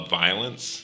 violence